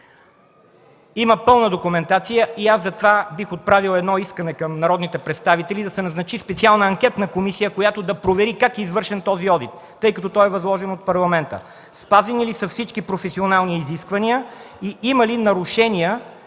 има пълна документация и затова аз бих отправил едно искане към народните представители да се назначи специална анкетна комисия, която да провери как е извършен този одит, тъй като той е възложен от Парламента, спазени ли са всички професионални изисквания и има ли нарушения